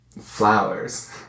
flowers